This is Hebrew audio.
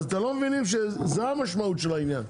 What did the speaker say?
אז אתם לא מבינים שזו המשמעות של העניין.